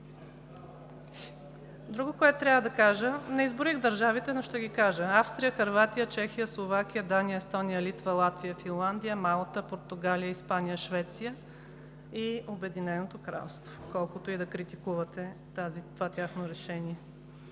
решение? Мисля, че имаме. Не изброих държавите, но ще ги кажа: Австрия, Хърватия, Чехия, Словакия, Дания, Естония, Литва, Латвия, Финландия, Малта, Португалия, Испания, Швеция и Обединеното кралство, колкото и да критикувате това тяхно решение,